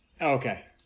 Okay